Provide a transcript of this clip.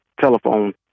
telephone